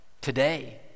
today